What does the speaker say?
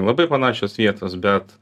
labai panašios vietos bet